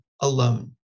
alone